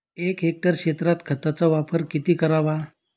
एक हेक्टर क्षेत्रात खताचा वापर किती करावा?